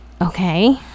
Okay